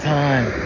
time